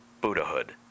Buddhahood